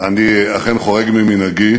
תודה לך, אני אכן חורג ממנהגי,